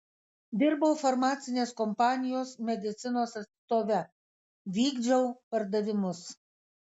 dirbau farmacinės kompanijos medicinos atstove vykdžiau pardavimus